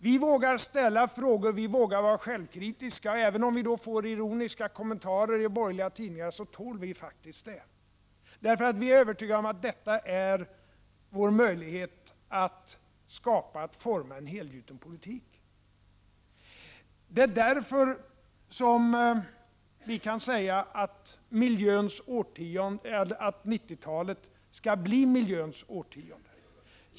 Vi vågar ställa frågor och vi vågar vara självkritiska, även om vi då får ironiska kommentarer i borgerliga tidningar. Det tål vi faktiskt. Vi är nämligen övertygade om att detta är vår möjlighet att forma en helgjuten politik. Det är därför vi kan säga att 90-talet skall bli miljöns årtionde.